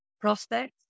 prospects